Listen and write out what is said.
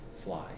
fly